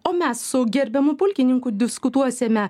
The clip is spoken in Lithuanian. o mes su gerbiamu pulkininku diskutuosime